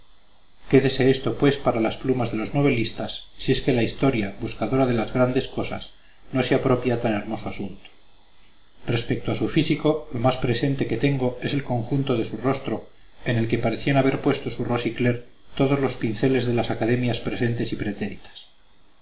fantasía quédese esto pues para las plumas de los novelistas si es que la historia buscadora de las grandes cosas no se apropia tan hermoso asunto respecto a su físico lo más presente que tengo es el conjunto de su rostro en que parecían haber puesto su rosicler todos los pinceles de las academias presentes y pretéritas